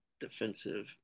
Defensive